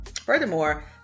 Furthermore